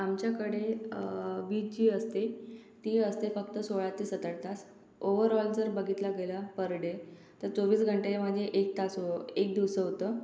आमच्याकडे वीज जी असते ती असते फक्त सोळा ते सात आठ तास ओवर ऑल जर बघितला गेला पर डे तर चोवीस घंटे म्हणजे एक तास रो एक दिवसं होतं